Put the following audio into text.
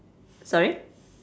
sorry